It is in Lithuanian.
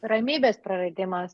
ramybės praradimas